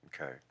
okay